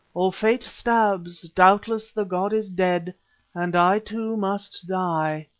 oh! fate stabs, doubtless the god is dead and i too must die!